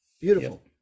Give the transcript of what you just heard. Beautiful